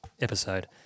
episode